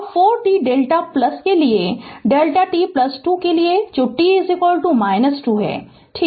अब 4 t Δ के लिए Δ t 2 के लिए जो t 2 है ठीक है